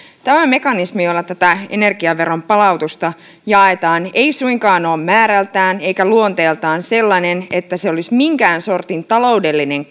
tämä mekanismi jolla tätä energiaveron palautusta jaetaan ei suinkaan ole määrältään eikä luonteeltaan sellainen että se olisi minkään sortin taloudellinen